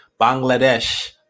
Bangladesh